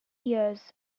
years